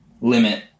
limit